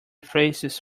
faces